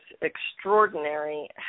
extraordinary